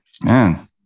Man